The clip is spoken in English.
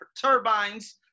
turbines